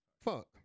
fuck